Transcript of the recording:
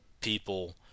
people